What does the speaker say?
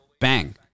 bang